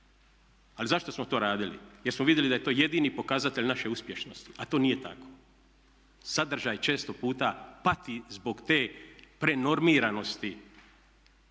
ali zašto smo to radili. Jer smo vidjeli da je to jedini pokazatelj naše uspješnosti, a to nije tako. Sadržaj često puta pati zbog te prenormiranosti